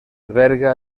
alberga